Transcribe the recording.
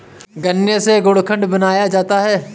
गन्ना से गुड़ खांड बनाया जाता है